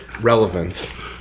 relevance